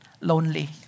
lonely